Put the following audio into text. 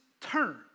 turn